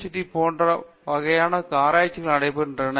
D போன்ற வகையான ஆராய்ச்சிகள் நடைபெறுகின்றன